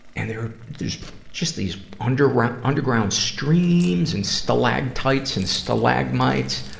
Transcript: and there, just just these underground, underground streams and stalactites and stalagmites,